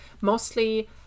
mostly